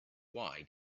why